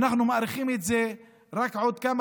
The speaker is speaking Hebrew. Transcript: אנחנו מאריכים את זה רק בעוד כמה